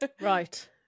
Right